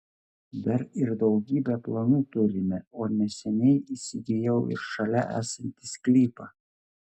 dar ir daugybę planų turime o neseniai įsigijau ir šalia esantį sklypą